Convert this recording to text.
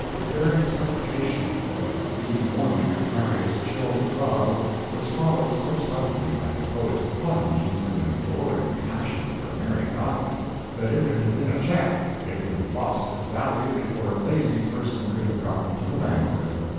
the very supplication for a rewarming of harriet's chilled love was followed so suddenly by the poet's plunge into an adoring passion for mary godwin that if it had been a check it would have lost its value before a lazy person could have gotten to the bank with it.